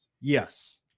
Yes